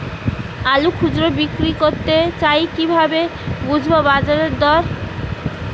আলু খুচরো বিক্রি করতে চাই কিভাবে বুঝবো বাজার দর?